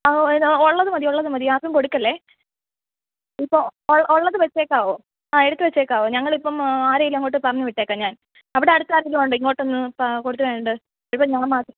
ഓ ഏതാണ് ഉള്ളത് മതി ഉള്ളത് മതി ആർക്കും കൊടുക്കല്ലേ ഇപ്പോൾ ഒ ഉള്ളത് വെച്ചേക്കാമോ ആ എടുത്തുവെച്ചേക്കാമോ ഞങ്ങൾ ഇപ്പം ആരെയെങ്കിലും അങ്ങോട്ട് പറഞ്ഞുവിട്ടേക്കാം ഞാൻ അവിടെ അടുത്ത് ആരെങ്കിലും ഉണ്ടോ ഇങ്ങോട്ടൊന്ന് പ കൊടുത്തുവിടാനായിട്ട് ഇവിടെ ഞാൻ മാത്രം